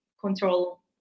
control